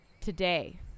today